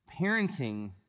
parenting